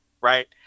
right